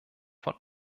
von